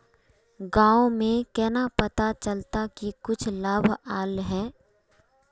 गाँव में केना पता चलता की कुछ लाभ आल है?